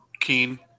keen